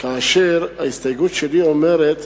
כאשר ההסתייגות שלי אומרת: